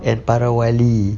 and para wali